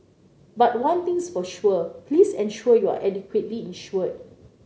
but one thing's for sure please ensure you are adequately insured